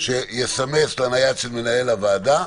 שיסמס לנייד של מנהל הוועדה,